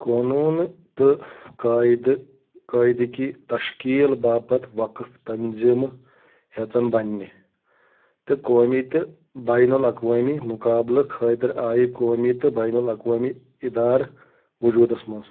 قونوٗن تہٕ قٲیدٕ قٲیِدٕکی تَشکیٖل باپتھ وَقٕف تَنظیٖمہٕ ہیژن بننہِ تہٕ قومی تہٕ بین الاقوٲمی مُقابلہٕ خٲطرٕ آیہِ قومی تہٕ بین الاقوٲمی اِدارٕ ؤجوٗدَس مَنٛز